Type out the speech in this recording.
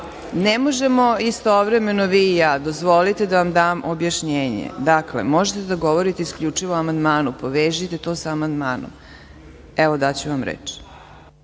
Ne možemo istovremeno vi i ja. Dozvolite da vam dam objašnjenje. Možete da govorite isključivo o amandmanu, povežite to sa amandmanom. Evo daću vam reč.